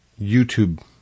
YouTube